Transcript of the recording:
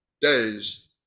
days